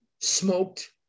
smoked